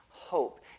hope